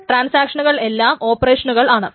ട്രാൻസാക്ഷനുകൾ എല്ലാം ഓപറേഷനുകൾ ആണ്